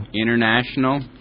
international